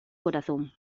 corazón